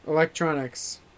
Electronics